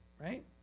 right